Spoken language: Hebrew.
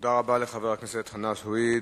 תודה רבה לחבר הכנסת חנא סוייד.